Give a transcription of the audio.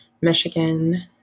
Michigan